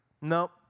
nope